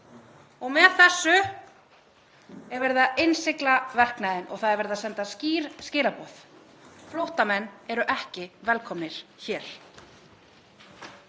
Með þessu er verið að innsigla verknaðinn og það er verið að senda skýr skilaboð. Flóttamenn eru ekki velkomnir hér.